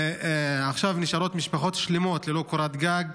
ועכשיו נשארות משפחות שלמות ללא קורת גג,